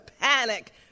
panic